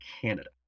Canada